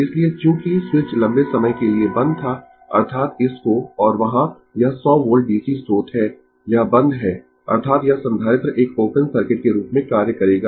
इसलिए चूंकि स्विच लंबे समय के लिए बंद था अर्थात इस को और वहाँ यह 100 वोल्ट DC स्रोत है यह बंद है अर्थात यह संधारित्र एक ओपन सर्किट के रूप में कार्य करेगा